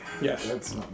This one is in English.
Yes